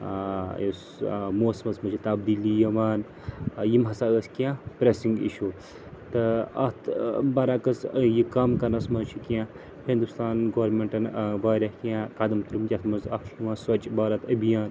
ٲں یُس ٲں موسمَس منٛز چھِ تَبدیٖلی یِوان ٲں یِم ہَسا ٲسۍ کیٚنٛہہ پریٚسِنٛگ اِشوٗز تہٕ اَتھ ٲں برعکس ٲں یہِ کَم کَرنَس منٛز چھِ کیٚنٛہہ ہنٛدوستان گورمِنٛٹَن ٲں واریاہ کیٚنٛہہ قدم تُلۍ مِتۍ یَتھ منٛز اَکھ چھُ یِوان سۄچھ بھارت أبھیان